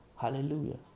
hallelujah